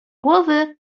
głowy